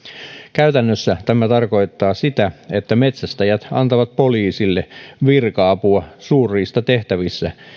käytännössä tämä tarkoittaa sitä että metsästäjät antavat poliisille virka apua suurriistatehtävissä